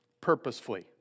purposefully